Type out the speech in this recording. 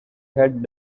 had